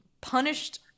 punished